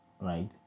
right